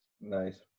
Nice